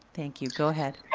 thank you, go ahead.